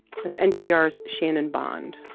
that's npr's shannon bond